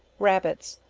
rabbits,